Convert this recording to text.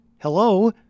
Hello